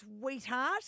sweetheart